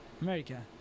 America